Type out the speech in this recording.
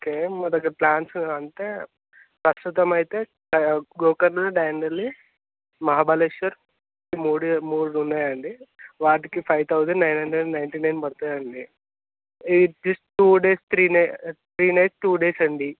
okay మా దగ్గర plans అంటే ప్రస్తుతం అయితే గోకర్ణ డాండేలి మహాబలేశ్వర్ ఈ మూడే మూడు ఉన్నాయండి వాటికి five thousand nine hundred and ninety nine పదుతుంది అండి ఈ two days three days three nights two days అండి